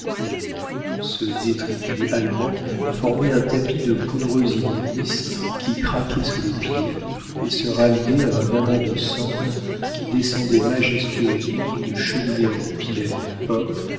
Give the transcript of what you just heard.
ce détritus allemand formait un tapis de poudreuses immondices qui craquait sous les pieds et se ralliait à un amas de cendres qui descendait majestueusement d'une cheminée en pierre peinte